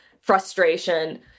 frustration